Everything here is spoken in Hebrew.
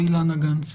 או אילנה גנס.